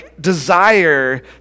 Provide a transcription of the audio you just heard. desire